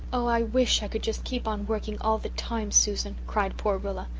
oh, i wish i could just keep on working all the time, susan, cried poor rilla.